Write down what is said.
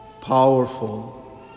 powerful